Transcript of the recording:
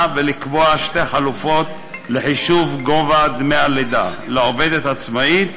ולקבוע שתי חלופות לחישוב דמי הלידה לעובדת עצמאית,